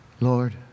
Lord